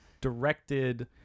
directed